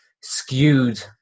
skewed